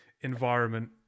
environment